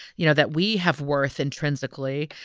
you know, that we have worth intrinsically